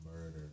murder